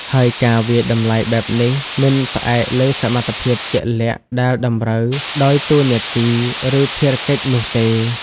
ហើយការវាយតម្លៃបែបនេះមិនផ្អែកលើសមត្ថភាពជាក់លាក់ដែលតម្រូវដោយតួនាទី ឬភារកិច្ចនោះទេ។